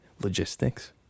logistics